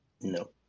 no